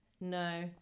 No